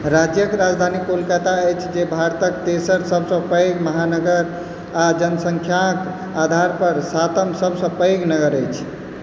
राज्यक राजधानी कोलकाता अछि जे भारतक तेसर सबसँ पैघ महानगर ओ जनसङ्ख्या आधार पर सातम सभसँ पैघ नगर अछि